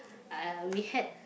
uh we had